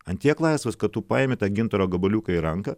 ant tiek laisvas kad tu paimi tą gintaro gabaliuką į ranką